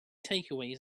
takeaways